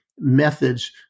methods